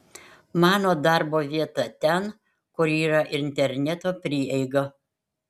mano darbo vieta ten kur yra interneto prieiga